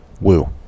Woo